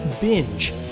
Binge